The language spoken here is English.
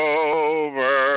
over